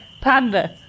panda